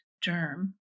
germ